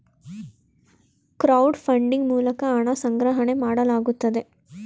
crowd funding ಮೂಲಕ ಹಣ ಸಂಗ್ರಹಣೆ ಮಾಡಲಾಗುತ್ತದೆ